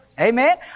Amen